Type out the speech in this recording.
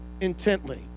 intently